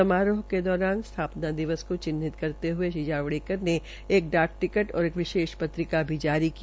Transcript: समारोह के दौरान स्थापना दिवस को चिन्हित करते हये श्री जावड़ेकर ने एक डाक टिकट और विशेष पत्रिका भी जारी की